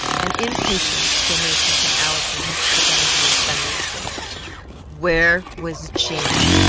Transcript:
an impatient exclamation from allison reached the dining-room thunderously where was jane?